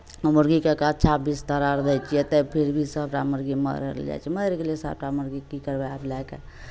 ओ मुर्गीकेँ एक अच्छा बिस्तर आर दै छियै तब फिर भी सभटा मुर्गी मरल जाइ छै मरि गेलै सभटा मुर्गी की करबै आब लए कऽ